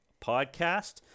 podcast